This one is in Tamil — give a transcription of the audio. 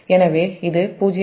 எனவே இது j0